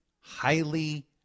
highly